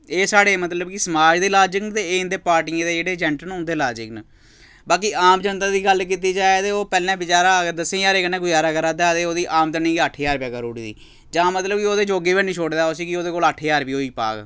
एह् साढ़े मतलब कि समाज दे लाजिक न ते एह् इं'दे पार्टियें दे जेह्ड़े जेैंट न उं'दे लाजिक न बाकी आम जनता दी गल्ल कीती जा ते ओह् पैह्ले बेचारा अगर दस्सें ज्हारें कन्नै गुजारा करा दा ऐ ते ओह्दी आमदनी गी अट्ठ ज्हार रपेआ करी ओड़ी दी जां मतलब कि ओह्दे जोगे बी नी छोड़दा उसी कि ओह्दे कोल अट्ठ ज्हार रपेऽ होई पाह्ग